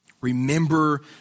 Remember